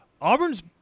Auburn's –